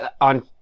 on